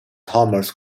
thomas